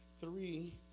three